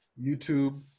YouTube